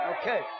Okay